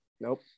Nope